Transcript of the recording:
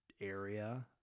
area